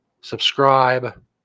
Subscribe